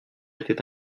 était